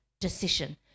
decision